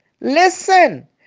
listen